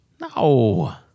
No